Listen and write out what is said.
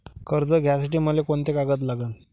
कर्ज घ्यासाठी मले कोंते कागद लागन?